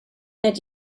that